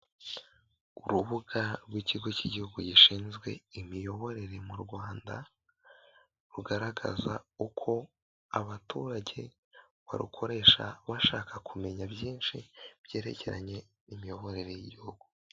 Urubuga rw'ikigo cy'igihugu gishinzwe imiyoborere mu Rwanda rugaragaza uko abaturage barukoresha, bashaka kumenya byinshi byerekeranye ni imiyoborere y'igihugu.